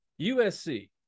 USC